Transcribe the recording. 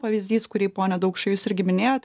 pavyzdys kurį pone daukšy jūs irgi minėjot